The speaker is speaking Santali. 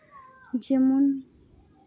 ᱡᱮᱢᱚᱱ